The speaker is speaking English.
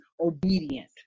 obedient